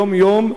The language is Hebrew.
יום-יום,